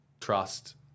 trust